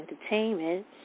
Entertainment